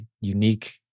unique